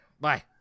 Bye